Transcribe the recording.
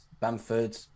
bamford